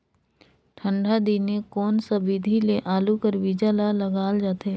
ठंडा दिने कोन सा विधि ले आलू कर बीजा ल लगाल जाथे?